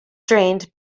drained